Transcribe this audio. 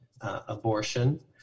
abortion